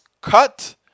cut